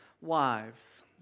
wives